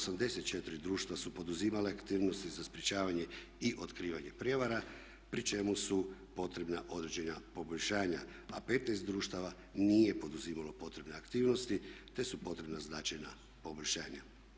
84 društva su poduzimala aktivnosti za sprječavanje i otkrivanje prijevara pri čemu su potrebna određena poboljšanja, a 15 društava nije poduzimalo potrebne aktivnosti te su potrebna značajna poboljšanja.